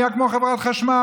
זה נהיה כמו חברת חשמל,